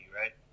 right